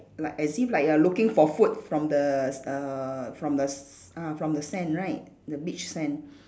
like as if like you're looking for food from the err from the s~ ah from the sand right the beach sand